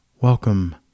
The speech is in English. welcome